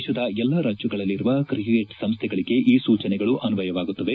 ದೇಶದ ಎಲ್ಲಾ ರಾಜ್ಯಗಳಲ್ಲಿರುವ ಕ್ರಿಕೆಟ್ ಸಂಸ್ಡೆಗಳಿಗೆ ಈ ಸೂಚನೆಗಳು ಅನ್ಸಯವಾಗುತ್ತವೆ